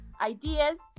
Ideas